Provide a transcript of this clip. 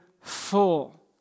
full